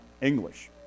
English